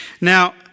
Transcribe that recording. Now